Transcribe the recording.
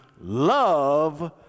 love